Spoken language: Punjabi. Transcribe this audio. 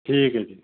ਠੀਕ ਹੈ ਜੀ